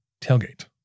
tailgate